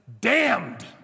damned